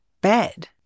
bed